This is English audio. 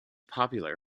popular